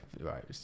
Right